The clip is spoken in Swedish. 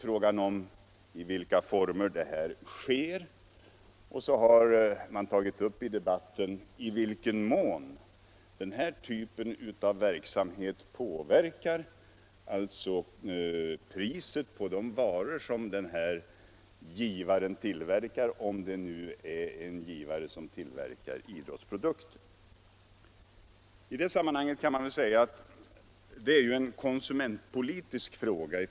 Frågan är i vilka former det sker och i vilken mån det påverkar priset på de varor som givaren tillverkar — om det nu är givare som tillverkar idrottsartiklar. Det senare är i första hand en konsumentpolitisk fråga.